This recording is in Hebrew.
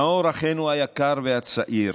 נאור, אחינו היקר והצעיר,